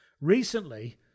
Recently